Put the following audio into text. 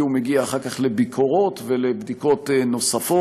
כי הוא מגיע אחר כך לביקורות ולבדיקות נוספות.